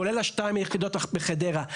כולל 2 היחידות בחדרה,